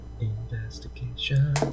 Investigation